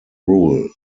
rule